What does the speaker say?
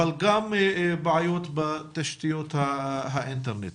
אבל גם בעיות בתשתיות האינטרנט.